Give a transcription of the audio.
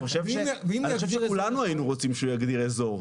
אני חושב שכולנו היינו רוצים שהוא יגדיר אזור.